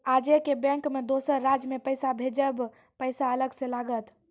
आजे के बैंक मे दोसर राज्य मे पैसा भेजबऽ पैसा अलग से लागत?